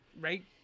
right